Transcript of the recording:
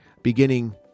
beginning